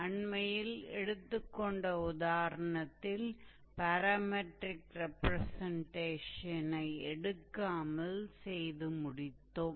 அண்மையில் எடுத்துக் கொண்ட உதாரணத்தில் பாராமெட்ரிக் ரெப்ரசன்டேஷனை எடுக்காமல் செய்து முடித்தோம்